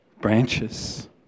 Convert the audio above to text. branches